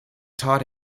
taught